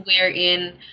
wherein